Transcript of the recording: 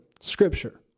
Scripture